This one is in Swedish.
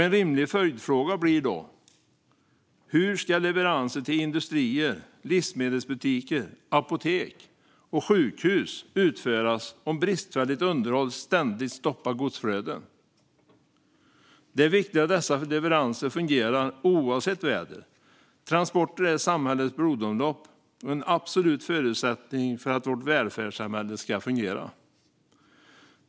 En rimlig följdfråga blir då: Hur ska transporter med leveranser till industrier, livsmedelsbutiker, apotek och sjukhus utföras om bristfälligt underhåll ständigt stoppar godsflöden? Det är viktigt att dessa leveranser fungerar oavsett väder. Transporter är samhällets blodomlopp och en absolut förutsättning för att vårt välfärdssamhälle ska fungera.